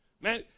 Man